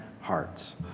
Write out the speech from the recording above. hearts